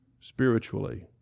spiritually